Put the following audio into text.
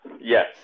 Yes